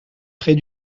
près